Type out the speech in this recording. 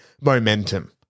momentum